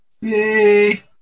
Yay